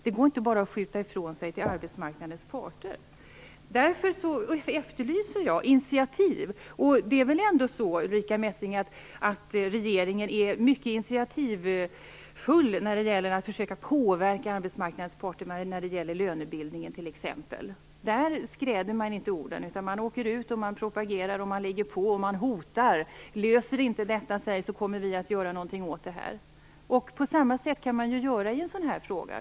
Det går inte att bara skjuta ifrån sig ansvaret till arbetsmarknadens parter. Därför efterlyser jag initiativ. Det är väl ändå så, Ulrica Messing, att regeringen är mycket initiativrik när det gäller att försöka påverka arbetsmarknadens parter i fråga om lönebildningen t.ex. Där skräder man inte orden, utan man åker ut och propagerar och driver på. Man hotar med att om detta inte löser sig så kommer man att göra någonting åt det. På samma sätt kan man ju göra i en sådan här fråga.